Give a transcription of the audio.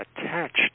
attached